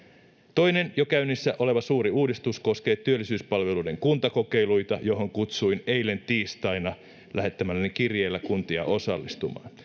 toinen jo käynnissä oleva suuri uudistus koskee työllisyyspalveluiden kuntakokeiluita joihin kutsuin eilen tiistaina lähettämälläni kirjeellä kuntia osallistumaan